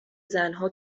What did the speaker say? زنها